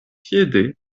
piede